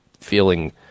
feeling